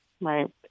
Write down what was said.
right